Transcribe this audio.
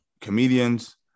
comedians